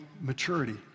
maturity